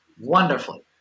wonderfully